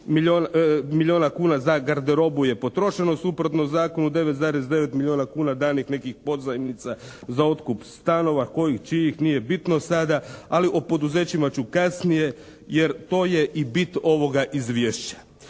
milijuna kuna za garderobu je potrošeno, suprotno zakonu 9,9 milijuna kuna danih nekih pozajmica za otkup stanova, kojih i čijih nije bitno sada ali o poduzećima ću kasnije jer to je i bit ovoga izvješća.